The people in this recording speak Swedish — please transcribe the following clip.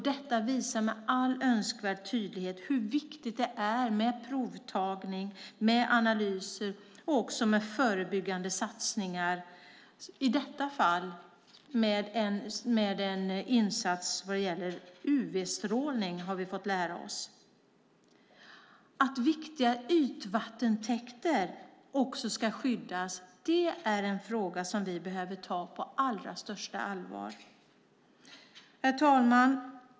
Detta visar med all önskvärd tydlighet hur viktigt det är med provtagning, analyser och förebyggande satsningar, i detta fall med en insats vad gäller UV-strålning, har vi fått lära oss. Att viktiga ytvattentäkter också ska skyddas är en fråga som vi behöver ta på allra största allvar. Herr talman!